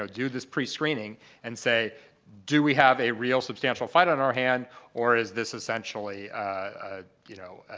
so do this prescreening and say do we have a real substantial fight on our hand or is this essentially a, you know,